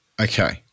Okay